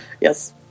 Yes